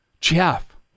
Jeff